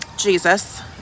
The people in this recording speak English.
Jesus